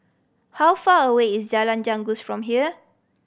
how far away is Jalan Janggus from here